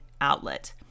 outlet